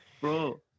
Bro